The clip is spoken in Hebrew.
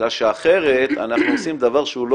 בגלל שאחרת אנחנו עושים דבר שהוא לא